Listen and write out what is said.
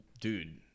dude